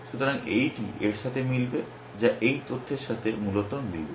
সুতরাং এইটি এর সাথে মিলবে যা এই তথ্যের সাথে মূলত মিলবে